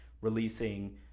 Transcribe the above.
releasing